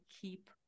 keep